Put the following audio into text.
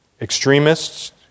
extremists